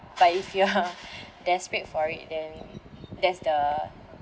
but if you're desperate for it then that's the